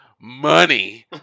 money